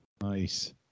Nice